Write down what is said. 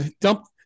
Dump